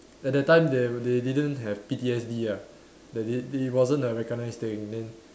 at that time they they didn't have P_T_S_D ah they di~ it wasn't a recognised thing then